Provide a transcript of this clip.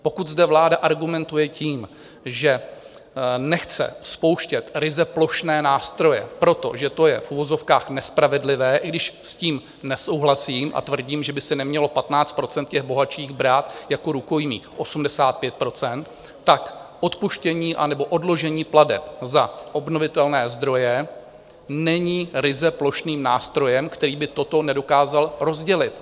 Pokud zde vláda argumentuje tím, že nechce spouštět ryze plošné nástroje proto, že to je v uvozovkách nespravedlivé i když s tím nesouhlasím a tvrdím, že by si nemělo 15 % těch bohatších brát jako rukojmí 85 % tak odpuštění anebo odložení plateb za obnovitelné zdroje není ryze plošným nástrojem, který by toto nedokázal rozdělit.